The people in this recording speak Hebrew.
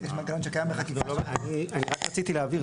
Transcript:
רק רציתי להבהיר,